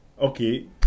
okay